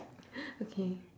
okay